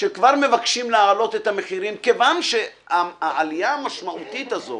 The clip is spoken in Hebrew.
שכבר מבקשים להעלות את המחירים כיוון שהעלייה המשמעותית הזו